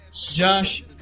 Josh